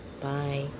bye